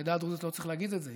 לעדה הדרוזית לא צריך להגיד את זה,